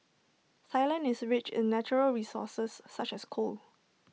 Sai land is rich in natural resources such as coal